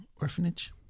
orphanage